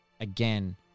again